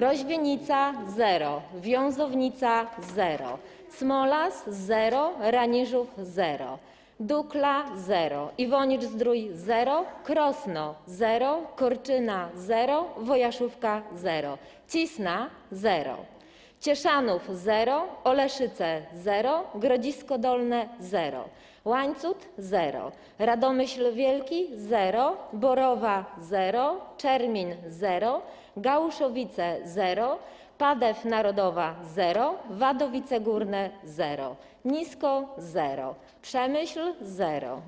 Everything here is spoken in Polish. Roźwienica - zero, Wiązownica - zero, Cmolas - zero, Raniżów - zero, Dukla - zero, Iwonicz-Zdrój - zero, Krosno - zero, Korczyna - zero, Wojaszówka - zero, Cisna - zero, Cieszanów - zero, Oleszyce - zero, Grodzisko Dolne - zero, Łańcut - zero, Radomyśl Wielki - zero, Borowa - zero, Czermin - zero, Gawłuszowice - zero, Padew Narodowa - zero, Wadowice Górne - zero, Nisko - zero, Przemyśl - zero,